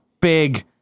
big